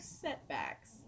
setbacks